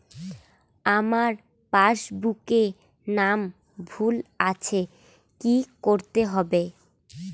আমার পাসবুকে নাম ভুল আছে কি করতে হবে?